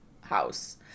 house